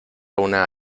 una